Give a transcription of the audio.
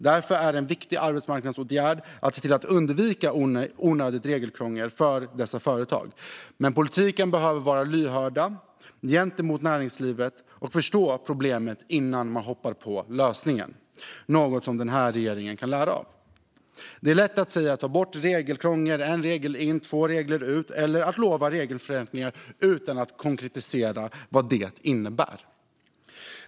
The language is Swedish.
Därför är det en viktig arbetsmarknadsåtgärd att se till att undvika onödigt regelkrångel för dessa företag. Men politiken behöver vara lyhörd gentemot näringslivet och förstå problemet innan man hoppar på lösningen, något som den här regeringen kan lära av. Det är lätt att säga "ta bort regelkrångel, en regel in, två regler ut" eller att lova regelförenklingar utan att konkretisera vad det innebär.